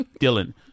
Dylan